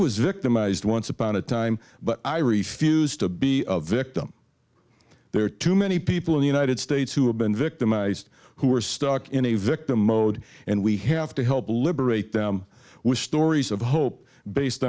was victimized once upon a time but i refuse to be a victim there are too many people in the united states who have been victimized who are stuck in a victim mode and we have to help liberate them with stories of hope based